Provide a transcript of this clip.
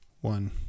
one